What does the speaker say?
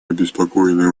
обеспокоены